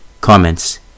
Comments